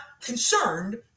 concerned